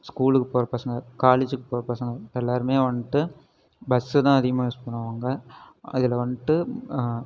ஸ்கூலுக்குப் போகிற பசங்க காலேஜுக்குப் போகிற பசங்க எல்லோருமே வந்துட்டு பஸ்ஸு தான் அதிகமாக யூஸ் பண்ணுவாங்க அதில் வந்துட்டு